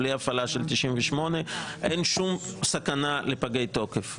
בלי הפעלה של 98. אין שום סכנה לפגי תוקף.